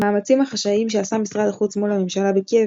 המאמצים החשאיים שעשה משרד החוץ מול הממשלה בקייב